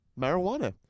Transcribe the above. marijuana